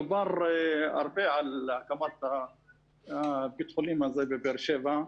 דובר הרבה על הקמת בית החולים בבאר שבע.